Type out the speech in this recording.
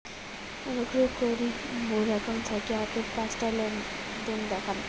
অনুগ্রহ করি মোর অ্যাকাউন্ট থাকি আগের পাঁচটা লেনদেন দেখান